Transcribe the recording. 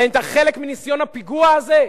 האם אתה חלק מניסיון הפיגוע הזה?